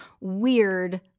weird